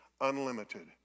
unlimited